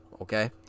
okay